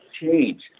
change